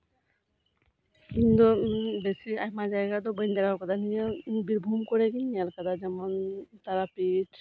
ᱤᱧ ᱫᱤ ᱱᱤᱭᱟᱹ ᱵᱤᱥᱤ ᱟᱭᱢᱟ ᱡᱟᱭᱜᱟ ᱫᱚ ᱵᱟᱹᱧ ᱫᱟᱬᱟᱣᱟᱠᱟ ᱱᱤᱭᱟᱹ ᱵᱤᱨᱵᱷᱩᱢ ᱠᱚᱨᱮ ᱜᱤᱧ ᱧᱮᱞ ᱠᱟᱫᱟ ᱡᱮᱢᱚᱱ ᱛᱟᱨᱟᱯᱤᱴᱷ